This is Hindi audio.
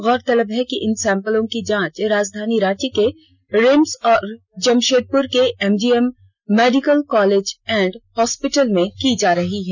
गौरतलब है कि इन सैंपलों की जांच राजधानी रांची के रिम्स और जमषेदपुर के MGM medical college and hospital में की जा रही है